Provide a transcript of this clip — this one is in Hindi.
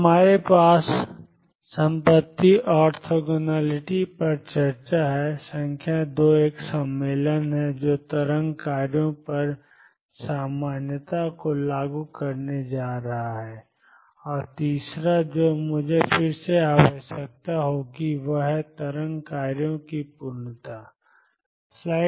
तो हमारे पास संपत्ति ऑर्थोगोनैलिटी पर चर्चा है संख्या 2 एक सम्मेलन है जो तरंग कार्यों पर सामान्यता को लागू करने जा रहा है और तीसरा जो मुझे फिर से आवश्यकता होगी वह है तरंग कार्यों की पूर्णता